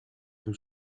peu